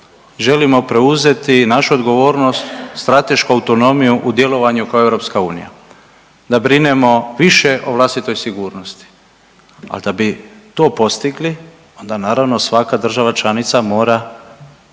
želimo preuzeti našu odgovornost, stratešku autonomiju u djelovanju kao Europska unija da brinemo više o vlastitoj sigurnosti. Ali da bi to postigli onda naravno svaka država članica mora